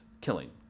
killing